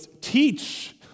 teach